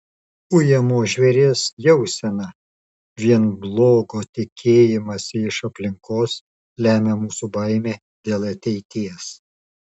ujamo žvėries jauseną vien blogo tikėjimąsi iš aplinkos lemia mūsų baimė dėl ateities